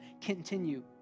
continue